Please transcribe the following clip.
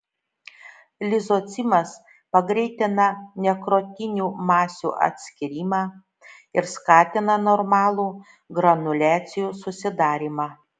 lizocimas pagreitina nekrotinių masių atskyrimą ir skatina normalų granuliacijų susidarymą